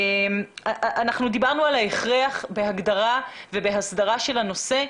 דיברנו על ההכרח בהגדרה ובהסדרה של הנושא.